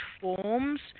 forms